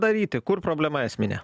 daryti kur problema esminė